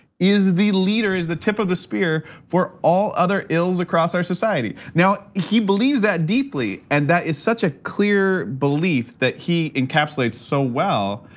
is the leaders, the tip of the spear for all other ills across our society. now, he believes that deeply and that is such a clear belief that he encapsulates so well.